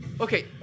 Okay